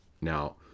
Now